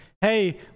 hey